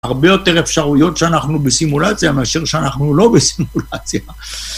כל מיני דברים